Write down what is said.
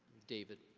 david.